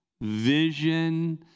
vision